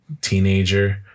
teenager